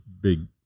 big